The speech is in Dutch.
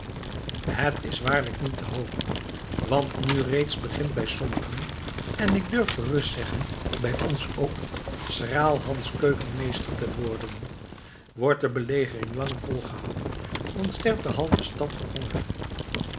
het is waarlijk niet te hopen want nu reeds begint bij sommigen en ik durf gerust zeggen bij ons ook schraalhans keukenmeester te worden wordt de belegering lang volgehouden dan sterft de halve stad van honger